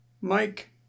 Mike